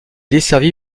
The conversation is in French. desservi